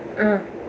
ah